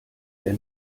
der